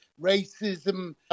racism